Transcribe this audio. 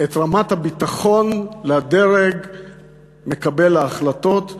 את רמת הביטחון לדרג מקבל ההחלטות,